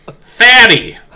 fatty